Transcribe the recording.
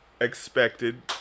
expected